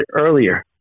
earlier